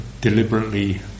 deliberately